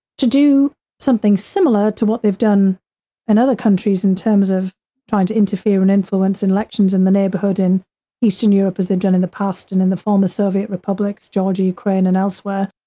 to do something similar to what they've done in and other countries in terms of trying to interfere and influence in elections in the neighborhood in eastern europe, as they've done in the past, and in the former soviet republics, georgia, ukraine and elsewhere.